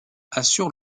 assure